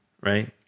Right